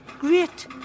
Great